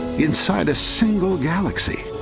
inside a single galaxy